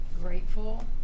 grateful